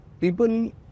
people